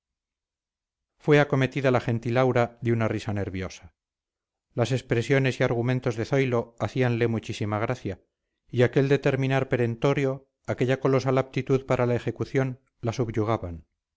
gente fue acometida la gentil aura de una risa nerviosa las expresiones y argumentos de zoilo hacíanle muchísima gracia y aquel determinar perentorio aquella colosal aptitud para la ejecución la subyugaban